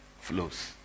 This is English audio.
flows